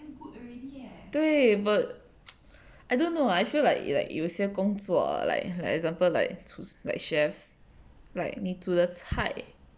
对 but I don't know I feel like like 有些工作 like like example like 厨师 like chefs like 你煮的菜